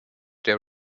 der